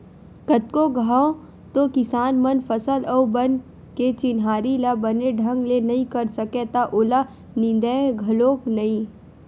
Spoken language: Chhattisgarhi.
कतको घांव तो किसान मन फसल अउ बन के चिन्हारी ल बने ढंग ले नइ कर सकय त ओला निंदय घलोक नइ